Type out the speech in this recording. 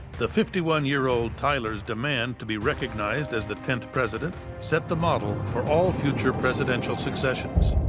the fifty one year old tyler's demand to be recognized as the tenth president set the model for all future presidential successions.